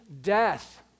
Death